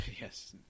Yes